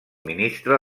ministre